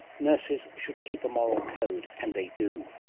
nurses should keep a moral code, and they do.